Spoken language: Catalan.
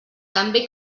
també